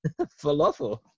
Falafel